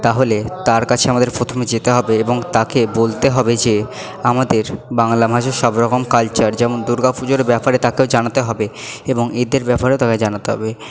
তাহলে তার কাছে আমাদের প্রথমে যেতে হবে এবং তাকে বলতে হবে যে আমাদের বাংলা ভাষার সব রকম কালচার যেমন দুর্গা পুজোর ব্যাপারে তাকেও জানাতে হবে এবং ঈদের ব্যাপারেও তাকে জানাতে হবে